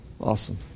awesome